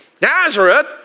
Nazareth